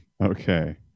Okay